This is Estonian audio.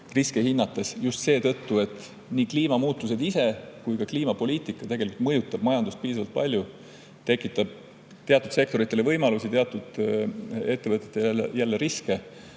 riske hinnates. Just seetõttu, et nii kliimamuutused kui ka kliimapoliitika mõjutavad majandust piisavalt palju, tekitades teatud sektoritele võimalusi, teatud ettevõtetele riske.